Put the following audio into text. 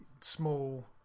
Small